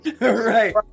Right